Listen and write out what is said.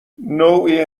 نوعی